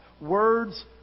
words